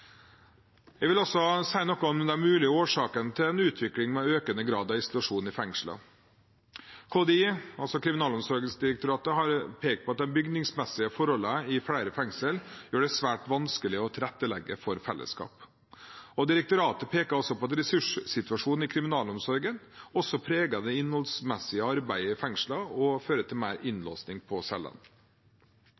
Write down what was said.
Jeg vil også si noe om de mulige årsakene til en utvikling med økende grad av isolasjon i fengslene. KDI, Kriminalomsorgsdirektoratet, har pekt på at de bygningsmessige forholdene i flere fengsler gjør det svært vanskelig å tilrettelegge for fellesskap. Direktoratet peker også på at ressurssituasjonen i kriminalomsorgen preger det innholdsmessige arbeidet i fengslene og fører til mer